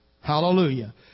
Hallelujah